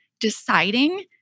deciding